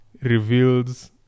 reveals